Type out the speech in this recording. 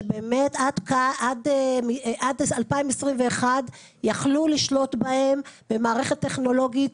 שעד 2021 יכלו לשלוט בהם מלמטה במערכת טכנולוגית,